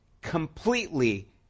completely